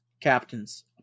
captains